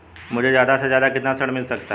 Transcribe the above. मुझे ज्यादा से ज्यादा कितना ऋण मिल सकता है?